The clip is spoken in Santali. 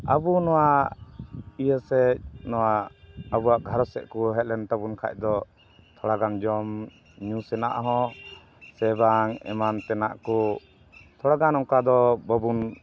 ᱟᱵᱚ ᱱᱚᱣᱟ ᱤᱭᱟᱹ ᱥᱮᱫ ᱱᱚᱣᱟ ᱟᱵᱚᱣᱟᱜ ᱜᱷᱟᱨᱚᱸᱡᱽ ᱥᱮᱫ ᱠᱚ ᱦᱮᱡ ᱞᱮᱱ ᱛᱟᱵᱚᱱ ᱠᱷᱟᱱ ᱫᱚ ᱛᱷᱚᱲᱟᱜᱟᱱ ᱡᱚᱢᱼᱧᱩ ᱥᱮᱱᱟᱜ ᱦᱚᱸ ᱥᱮ ᱵᱟᱝ ᱮᱢᱟᱱ ᱛᱮᱱᱟᱜ ᱠᱚ ᱛᱷᱚᱲᱟ ᱜᱟᱱ ᱚᱱᱠᱟ ᱫᱚ ᱵᱟᱵᱚᱱ